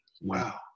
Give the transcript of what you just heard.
wow